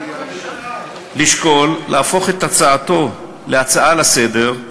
לשקול להפוך את הצעתו להצעה לסדר-היום.